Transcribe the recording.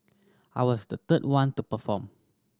I was the third one to perform